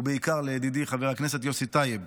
ובעיקר לידידי חבר הכנסת יוסי טייב,